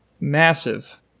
massive